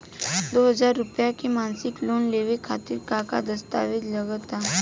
दो हज़ार रुपया के मासिक लोन लेवे खातिर का का दस्तावेजऽ लग त?